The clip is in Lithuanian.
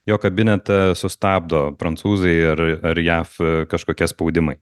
jo kabinetą sustabdo prancūzai ir ar jav kažkokie spaudimai